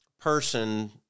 person